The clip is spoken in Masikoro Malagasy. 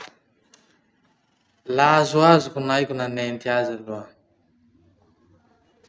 La azoazoko gn'aiko nanenty azy aloha.